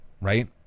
Right